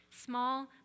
small